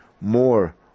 more